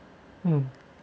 mm